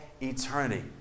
eternity